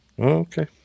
Okay